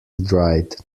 dried